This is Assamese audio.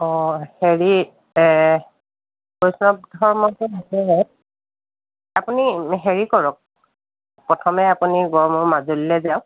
অঁ হেৰি বৈষ্ণৱ ধৰ্মটো এইটো হয় আপুনি হেৰি কৰক প্ৰথমে আপুনি গড়মূৰ মাজুলিলৈ যাওক